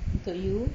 untuk you